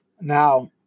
Now